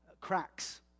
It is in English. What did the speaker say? cracks